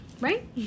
right